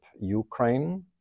Ukraine